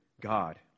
god